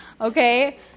okay